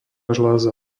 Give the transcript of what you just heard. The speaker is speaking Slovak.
žľaza